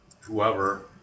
whoever